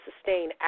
sustain